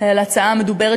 על ההצעה המדוברת,